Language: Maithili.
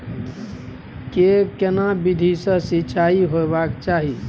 के केना विधी सॅ सिंचाई होबाक चाही?